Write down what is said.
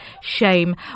shame